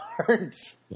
cards